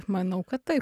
manau kad taip